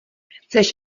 chceš